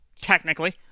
technically